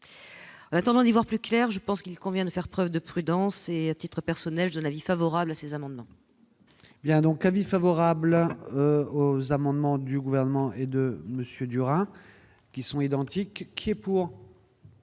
Attendons d'y voir plus clair, je pense qu'il convient de faire preuve de prudence et à titre personnel, de l'avis favorable à ces amendements. Bien, donc avis favorable aux amendements du gouvernement et de Monsieur Durand qui sont identiques, qui est pour.